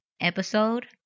episode